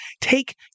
take